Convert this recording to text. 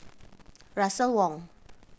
Russel Wong